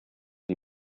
die